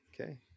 okay